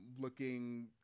looking